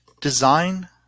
Design